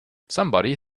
somebody